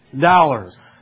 dollars